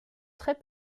très